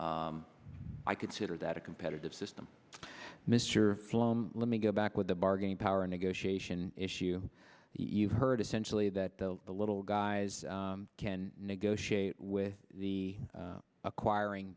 i consider that a competitive system mr flow let me go back to the bargaining power negotiation issue you've heard essentially that the little guys can negotiate with the acquiring